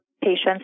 patients